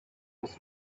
was